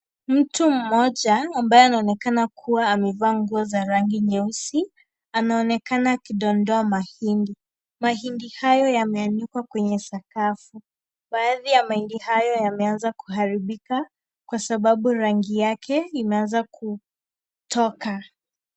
Mtu mmoja ambae anaonekana kua amava nguo za rangi nyeusi anaonekana akidondoa mahindi. Mahindi hayo yameanikwa kwenye sakafu. Baadhi ya mahindi hayo yameanza kuharibika kwa sababu rangi yake imeanza kutoka.